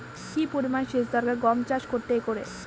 কি পরিমান সেচ দরকার গম চাষ করতে একরে?